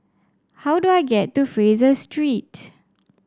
how do I get to Fraser Street